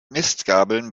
mistgabeln